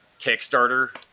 Kickstarter